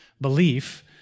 belief